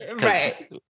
Right